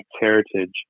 heritage